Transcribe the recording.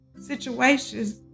situations